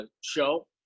show